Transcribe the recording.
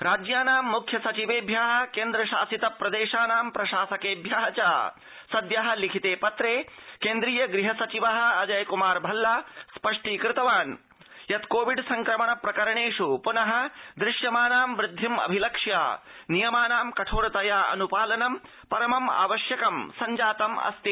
राज्यानां मुख्य सचिवेभ्य केन्द्रशासित प्रदेशानां प्रशासकेभ्य च सद्य लिखितेपत्रे केन्द्रीय गृहसचिव अजय कुमार भल्ला स्पष्टीकृतवान् यत् कोविड संक्रमण प्रकरणेषु पुन दृश्यमानां वृद्धिम् अभिलक्ष्य नियमानां कठोरतया अनुपालनम् परमम् आवश्यकं संजातम् अस्ति